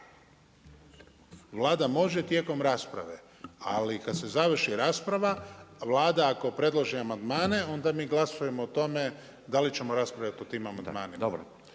Vlada može tijekom rasprave, ali kada se završi rasprava, Vlada ako predloži amandmane onda mi glasujemo o tome da li ćemo raspravljati o tim amandmanima